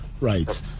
Right